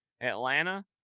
Atlanta –